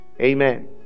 Amen